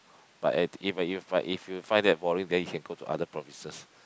but at if you if you find that boring then you can go to other provinces